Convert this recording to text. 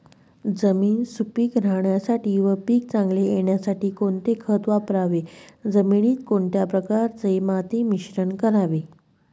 जमीन सुपिक राहण्यासाठी व पीक चांगले येण्यासाठी कोणते खत वापरावे? जमिनीत कोणत्या प्रकारचे माती मिश्रण करावे?